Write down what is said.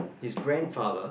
his grandfather